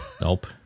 nope